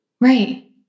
Right